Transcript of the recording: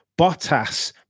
Bottas